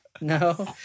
No